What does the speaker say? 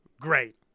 great